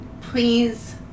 please